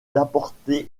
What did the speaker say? d’apporter